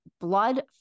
blood